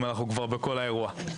אם אנחנו כבר באותו אירוע.